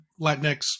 Latinx